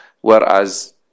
whereas